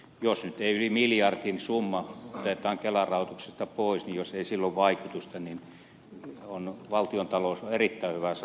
jos nyt yli miljardin summa otetaan kelan rahoituksesta pois ja jos ei sillä ole vaikutusta niin valtiontalous on erittäin hyvässä tilassa